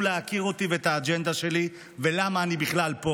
להכיר אותי ואת האג'נדה שלי ולמה אני בכלל פה,